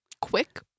quick